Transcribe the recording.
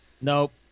Nope